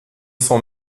sans